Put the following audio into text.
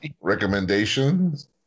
recommendations